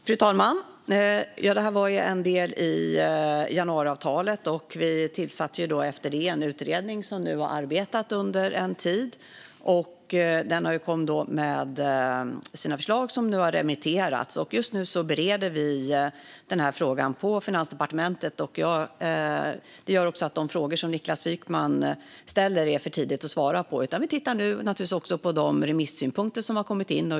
Fru talman! Det här var en del i januariavtalet, och vi tillsatte därefter en utredning som nu har arbetat under en tid. Den har kommit med sina förslag, som nu har remitterats. Just nu bereder vi frågan på Finansdepartementet, och det gör att det är för tidigt att svara på de frågor som Niklas Wykman ställer. Vi tittar naturligtvis på de remissynpunkter som har kommit in.